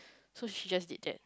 so she just did that